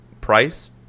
price